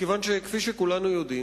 מכיוון שכפי שכולנו יודעים,